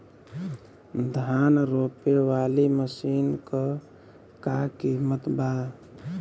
धान रोपे वाली मशीन क का कीमत बा?